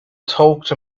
talked